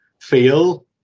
feel